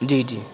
جی جی